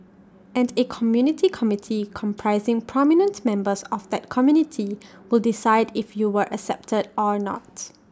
and A community committee comprising prominent members of that community will decide if you were accepted or not